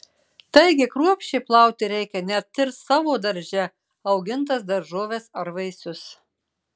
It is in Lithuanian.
taigi kruopščiai plauti reikia net ir savo darže augintas daržoves ar vaisius